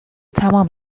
تمام